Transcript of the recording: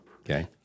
Okay